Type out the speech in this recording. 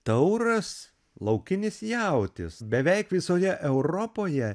tauras laukinis jautis beveik visoje europoje